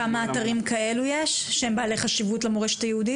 וכמה אתרים יש שהם בעלי חשיבות למורשת היהודית?